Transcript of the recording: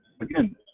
again